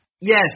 yes